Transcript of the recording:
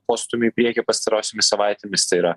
postūmių į priekį pastarosiomis savaitėmis tai yra